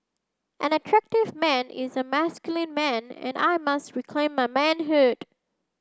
an attractive man is a masculine man and I must reclaim my manhood